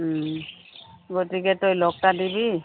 গতিকে তই লগটা দিবি